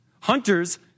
Hunters